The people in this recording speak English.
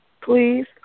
Please